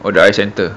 or the eye centre